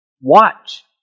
Watch